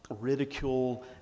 ridicule